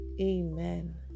Amen